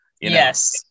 Yes